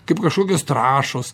kaip kažkokios trąšos